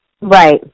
Right